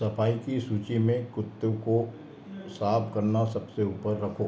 सफ़ाई की सूची में कुत्ते को साफ़ करना सबसे ऊपर रखो